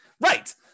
Right